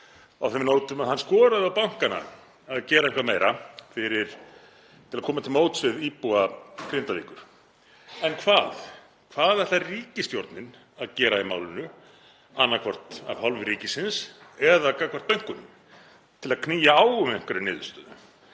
á þeim nótum að hann skoraði á bankana að gera eitthvað meira til að koma til móts við íbúa Grindavíkur. En hvað? Hvað ætlar ríkisstjórnin að gera í málinu, annaðhvort af hálfu ríkisins eða gagnvart bönkunum, til að knýja á um einhverja niðurstöðu?